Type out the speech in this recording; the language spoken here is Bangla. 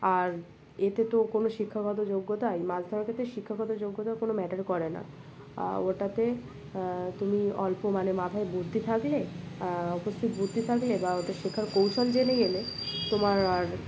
আর এতে তো কোনো শিক্ষাগত যোগ্যতা এই মাছ ধরার ক্ষেত্রে শিক্ষাগত যোগ্যতা কোনো ম্যাটার করে না ওটাতে তুমি অল্প মানে মাথায় বুদ্ধি থাকলে উপস্থিত বুদ্ধি থাকলে বা ওটা শেখার কৌশল জেনে গেলে তোমার আর